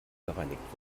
gereinigt